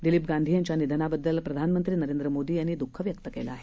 दिलीप गांधी यांच्या निधनाबद्दल प्रधानमंत्री नरेंद्र मोदी यांनी द्ःख व्यक्त केलं आहे